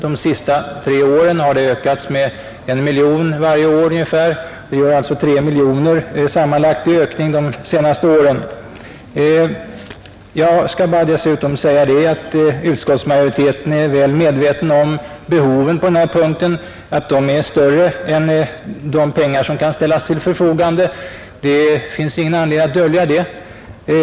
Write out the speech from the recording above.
De senaste tre åren har det höjts med ungefär 1 miljon varje år. Det gör alltså sammanlagt 3 miljoner i ökning under de senaste åren. Dessutom skall jag bara anföra att utskottsmajoriteten är väl medveten om att behoven på denna punkt är större än de pengar som kan ställas till förfogande. Det finns ingen anledning att dölja det.